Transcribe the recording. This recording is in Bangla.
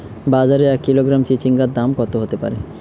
বাজারে এক কিলোগ্রাম চিচিঙ্গার দাম কত হতে পারে?